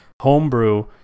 homebrew